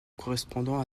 correspondant